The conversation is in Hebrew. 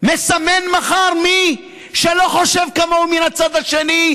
מסמן מחר מי שלא חושב כמוהו מן הצד השני,